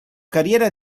carriera